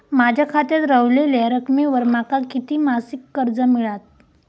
माझ्या खात्यात रव्हलेल्या रकमेवर माका किती मासिक कर्ज मिळात?